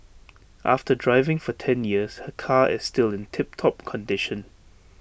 after driving for ten years her car is still in tip top condition